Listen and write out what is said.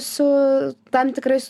su tam tikrais